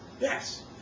Yes